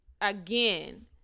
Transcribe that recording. again